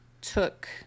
took